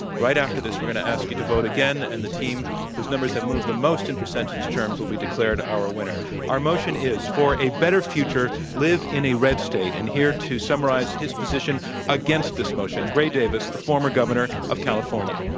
right after this, we're going to ask you to vote again and the team whose numbers have moved the most in percentage terms will be declared our winner. our motion is for a better future live in a red state and here to summarize his position against this motion, gray davis, the former governor of california.